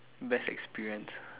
best experience